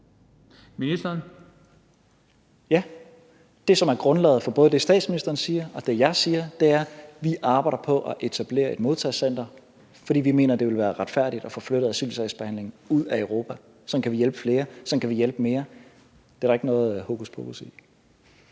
Tesfaye): Ja. Det, som er grundlaget for både det, statsministeren siger, og det, jeg siger, er, at vi arbejder på at etablere et modtagecenter, fordi vi mener, det ville være retfærdigt at få flyttet asylsagsbehandlingen ud af Europa. Sådan kan vi hjælpe flere. Sådan kan vi hjælpe mere. Det er der ikke noget hokuspokus i.